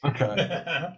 Okay